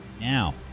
Now